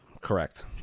Correct